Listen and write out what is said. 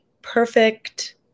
perfect